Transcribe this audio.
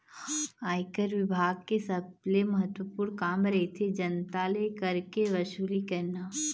आयकर बिभाग के सबले महत्वपूर्न काम रहिथे जनता ले कर के वसूली करना